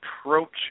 approach